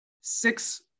six